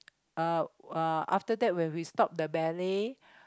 uh uh after that when we stop the ballet